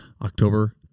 October